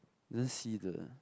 didn't see the